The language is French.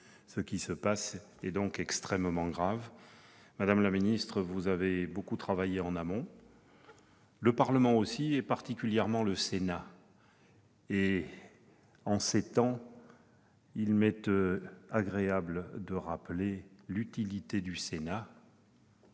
Ce qui se passe est extrêmement grave. Madame la ministre, vous avez beaucoup travaillé en amont ; le Parlement aussi, tout particulièrement le Sénat. Et, par les temps qui courent, il m'est agréable de rappeler l'utilité du Sénat